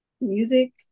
music